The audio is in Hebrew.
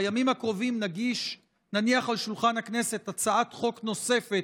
בימים הקרובים נניח על שולחן הכנסת הצעת חוק נוספת,